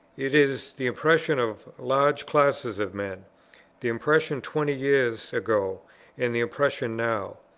it is the impression of large classes of men the impression twenty years ago and the impression now.